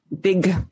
big